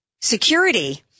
security